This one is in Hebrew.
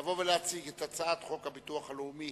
לבוא ולהציג את הצעת חוק הביטוח הלאומי